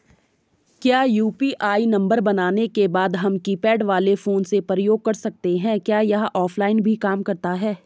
क्या UPI number बनाने के बाद हम कीपैड वाले फोन में प्रयोग कर सकते हैं क्या यह ऑफ़लाइन भी काम करता है?